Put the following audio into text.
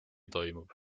toimub